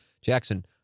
Jackson